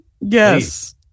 Yes